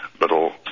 little